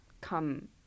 come